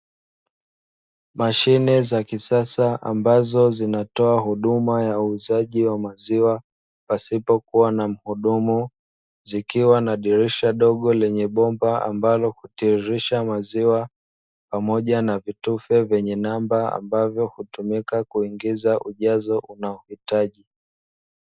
Mashine za kisasa ambazo zinatoa huduma ya uuzaji wa maziwa pasipokuwa na mhudumu zikiwa na dirisha dogo lenye bomba ambalo hutitirisha maziwa pamoja na vitufe vyenye namba ambavyo hutumika kuingiza ujazo unaohitaji.